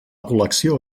col·lecció